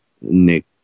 Nick